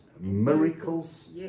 miracles